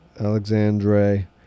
Alexandre